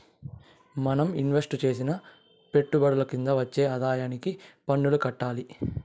మనం ఇన్వెస్టు చేసిన పెట్టుబడుల కింద వచ్చే ఆదాయానికి పన్నులు కట్టాలి